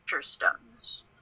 stones